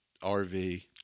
RV